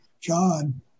John